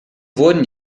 wurden